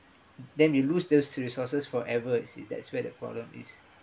then we lose those resources forever you see that's where the problem is